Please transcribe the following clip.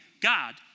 God